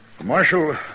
Marshal